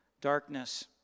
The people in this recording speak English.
darkness